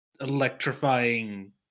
electrifying